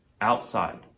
outside